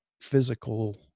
physical